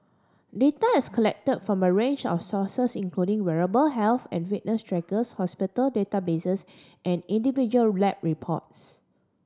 data is collect from a range of sources including wearable health and fitness trackers hospital databases and individual lab reports